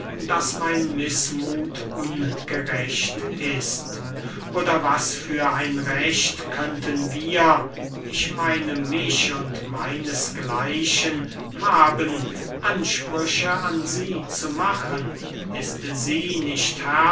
daß mein mißmuth ungerecht ist oder was für ein recht könnten wir ich meine mich und meinesgleichen haben ansprüche an sie zu machen ist sie nicht